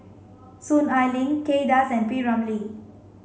Soon Ai Ling Kay Das and P Ramlee